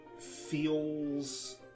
feels